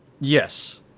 Yes